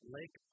Lake